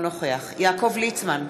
יעקב ליצמן,